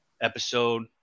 episode